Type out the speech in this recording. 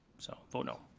so vote no.